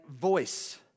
voice